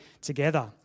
together